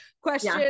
Question